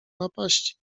napaści